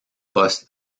poste